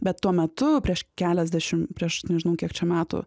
bet tuo metu prieš keliasdešim prieš nežinau kiek čia metų